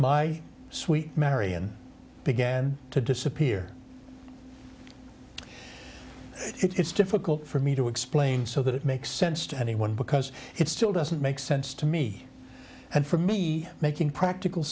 sweet marian began to disappear it's difficult for me to explain so that it makes sense to anyone because it still doesn't make sense to me and for me making practical